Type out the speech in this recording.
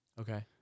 Okay